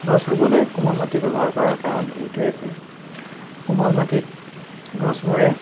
গছ ৰুৱলৈ কোমল মাটি ব্য়ৱহাৰ কৰাৰ কাৰণ এইটোৱেই যে কোমল মাটিত গছবোৰে